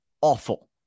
awful